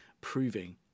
proving